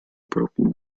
broken